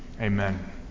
Amen